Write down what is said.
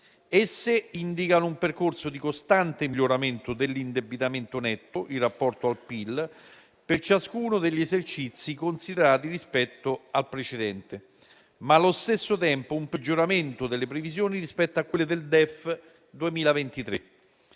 Esse indicano un percorso di costante miglioramento dell'indebitamento netto in rapporto al PIL per ciascuno degli esercizi considerati rispetto al precedente, ma, allo stesso tempo, un peggioramento delle previsioni rispetto a quelle del DEF 2023.